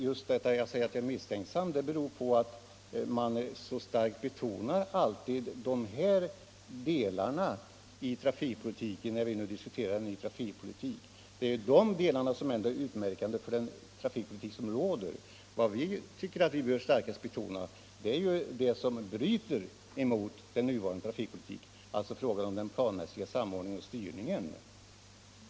Att jag är misstänksam beror på att majoriteten alltid mycket starkt betonar de delar som egentligen är utmärkande för den trafikpolitik som nu förs. Vi anser att man i stället bör lägga tyngdpunkten vid ett handlande som bryter mot den nuvarande trafikpolitiken — alltså planmässig samordning och styrning.